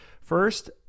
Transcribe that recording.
First